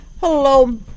Hello